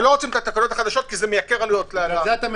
ולא רוצים את התקנות החדשות כי זה מייקר עלויות ללקוחות.